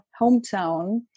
hometown